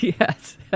Yes